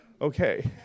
Okay